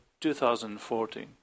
2014